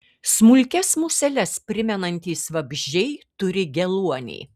smulkias museles primenantys vabzdžiai turi geluonį